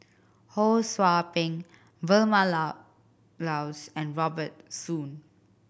Ho Sou Ping Vilma Laus and Robert Soon